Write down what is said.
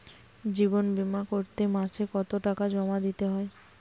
জীবন বিমা করতে মাসে কতো টাকা জমা দিতে হয়?